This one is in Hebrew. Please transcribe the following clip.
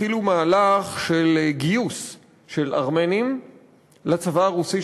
התחילו מהלך של גיוס של ארמנים לצבא הרוסי,